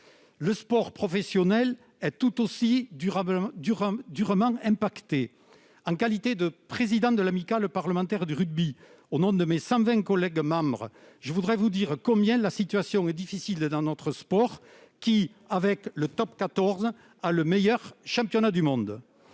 Le sport professionnel est tout aussi durement touché. En qualité de président de l'amicale parlementaire du rugby, au nom de mes 120 collègues membres, je voudrais vous dire combien la situation est difficile dans notre sport, qui dispose, avec le Top 14, du meilleur championnat au monde.